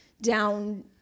down